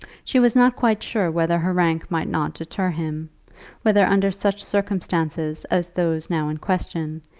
she was not quite sure whether her rank might not deter him whether under such circumstances as those now in question,